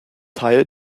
teil